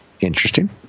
Interesting